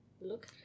look